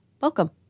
Welcome